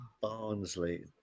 Barnsley